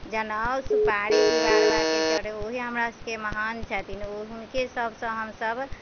जनोहू सुपारी डीहबार बाबाके चढ़ ओहे हमरा सबके महान छथिन हुनके सबसे हमसब